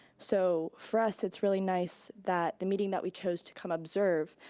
so for us, it's really nice that the meeting that we chose to come observe,